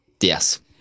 yes